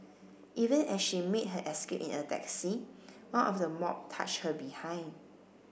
even as she made her escape in a taxi one of the mob touched her behind